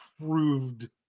proved